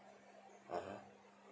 (uh huh)